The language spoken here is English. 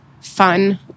fun